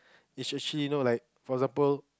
is actually no like for example